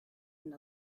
and